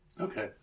Okay